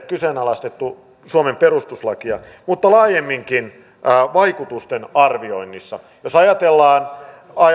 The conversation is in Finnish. kyseenalaistettu suomen perustuslakia mutta laajemminkin vaikutusten arvioinnissa jos ajatellaan